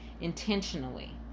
intentionally